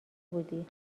بودی